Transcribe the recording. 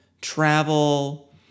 travel